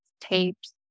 tapes